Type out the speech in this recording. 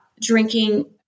drinking